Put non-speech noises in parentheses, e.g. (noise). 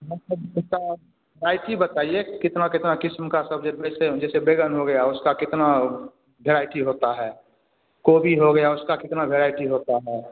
(unintelligible) variety बताइए कितना कितना किस्म का सब्जी कैसे जैसे बैगन हो गया उसका कितना भेराईटी होता है गोभी हो गया उसका कितना भेराईटी होता है